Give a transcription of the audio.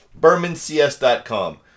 BermanCS.com